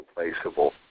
irreplaceable